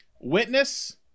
Witness